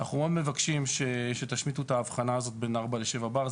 אנחנו מאוד מבקשים שתשמיטו את ההבחנה הזאת בין 4 ל-7 בר.